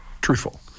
truthful